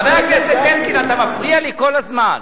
חבר הכנסת אלקין, אתה מפריע לי כל הזמן.